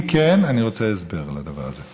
אם כן, אני רוצה הסבר לדבר הזה.